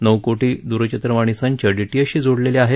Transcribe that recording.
नऊ कोटी द्रचित्रवाणीसंच डीटीएचशी जोडलेले आहेत